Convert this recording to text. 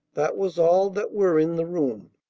that was all that were in the room.